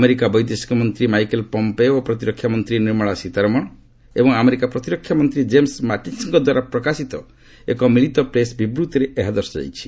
America ବୈଦେଶିକ ମନ୍ତ୍ରୀ Michael Pompeo ଓ ପ୍ରତିରକ୍ଷା ମନ୍ତ୍ରୀ ନିର୍ମଳା ସୀତାରମଣ ଏବଂ ଆମେରିକା ପ୍ରତିରକ୍ଷା ମନ୍ତ୍ରୀ ଜେମ୍ବ ମାଟିସ୍ଙ୍କ ଦ୍ୱାରା ପ୍ରକାଶିତ ଏକ ମିଳିତ ପ୍ରେସ୍ ବିବୃଭିରେ ଏହା ଦର୍ଶାଯାଇଛି